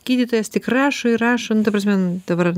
gydytojas tik rašo ir rašo nu ta prasme dabar